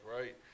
right